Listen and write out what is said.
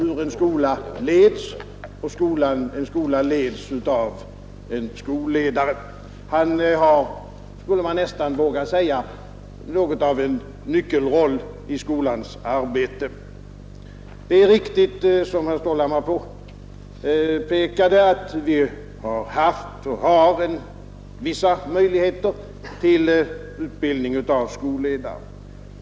Man skulle nästan våga säga att skolledaren har något av en nyckelroll i skolans arbete. Det är riktigt som herr Stålhammar påpekade att vi haft och har vissa möjligheter till utbildning av skolledare.